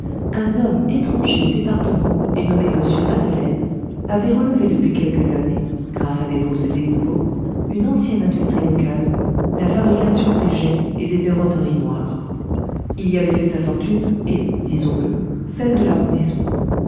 un homme étranger au département et nommé mr madeleine avait relevé depuis quelques années grâce à des procédés nouveaux une ancienne industrie locale la fabrication des jais et des verroteries noires il y avait fait sa fortune et disons-le celle de l'arrondissement